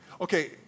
Okay